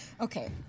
Okay